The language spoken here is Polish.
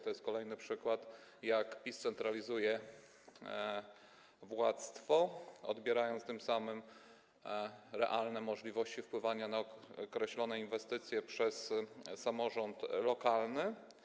To jest kolejny przykład, jak PiS centralizuje władztwo, odbierając tym samym realne możliwości wpływania na określone inwestycje przez samorząd lokalny.